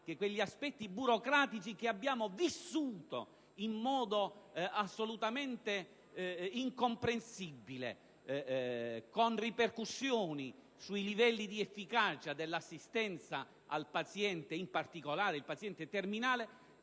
che quegli aspetti burocratici che abbiamo vissuto in modo assolutamente incomprensibile, con ripercussioni sui livelli di efficacia dell'assistenza al paziente (in particolare al paziente terminale),